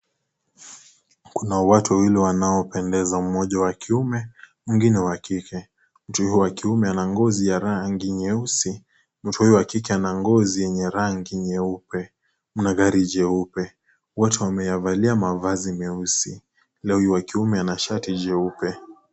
Kuna watu wawili wanaopendeza moja wa kiume na mwingine wa kike, mtu huyu wa kiume ana ngozi ya rangi nyeusi mtu huyu wa kike ana ngozi yenye rangi nyeupe, kuna gari jeupe, wote wameyavalia nguo nyeusi, ila huyu wa kiume ana shari jeupe.